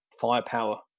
firepower